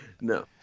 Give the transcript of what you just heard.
No